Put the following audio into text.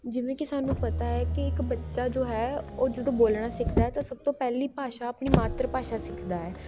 ਜਿਵੇਂ ਕਿ ਸਾਨੂੰ ਪਤਾ ਹੈ ਕਿ ਇੱਕ ਬੱਚਾ ਜੋ ਹੈ ਉਹ ਜਦੋਂ ਬੋਲਣਾ ਸਿੱਖਦਾ ਹੈ ਤਾਂ ਸਭ ਤੋਂ ਪਹਿਲੀ ਭਾਸ਼ਾ ਆਪਣੀ ਮਾਤਰ ਭਾਸ਼ਾ ਸਿੱਖਦਾ ਹੈ